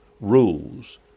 rules